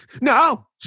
no